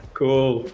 cool